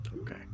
Okay